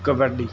kabaddi